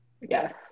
yes